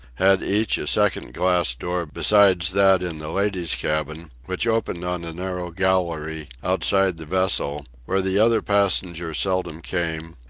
had each a second glass-door besides that in the ladies' cabin, which opened on a narrow gallery outside the vessel, where the other passengers seldom came,